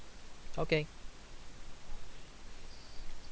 okay